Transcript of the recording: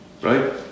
Right